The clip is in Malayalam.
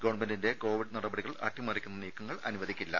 ഗവൺമെന്റിന്റെ കോവിഡ് നടപടികൾ അട്ടിമറിക്കുന്ന നീക്കങ്ങൾ അനുവദിക്കില്ല